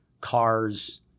cars